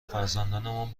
فرزندانم